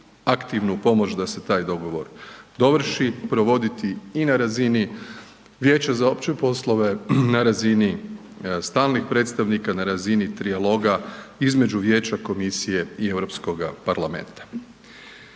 aktivnu pomoć da se taj dogovor dovrši provoditi i na razini Vijeća za opće poslove, na razini stalnih predstavnika, na razini trijaloga između Vijeća, komisije i Europskoga parlamenta.